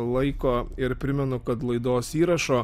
laiko ir primenu kad laidos įrašo